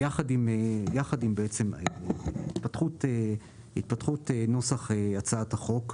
יחד עם התפתחות נוסח הצעת החוק,